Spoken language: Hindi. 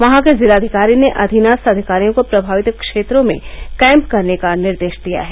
वहां के जिलाधिकारी ने अधीनस्थ अधिकारियों को प्रमावित क्षेत्रों में कैम्प करने का निर्देश दिया है